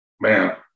man